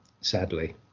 sadly